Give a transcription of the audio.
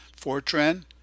Fortran